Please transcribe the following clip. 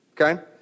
Okay